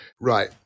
Right